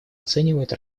оценивает